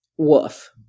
Woof